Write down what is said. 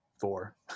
four